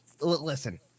listen